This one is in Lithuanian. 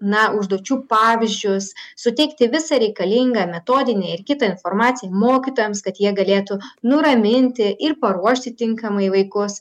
na užduočių pavyzdžius suteikti visą reikalingą metodinę ir kitą informaciją mokytojams kad jie galėtų nuraminti ir paruošti tinkamai vaikus